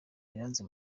iranzi